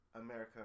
America